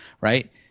right